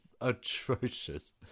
atrocious